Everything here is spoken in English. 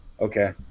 Okay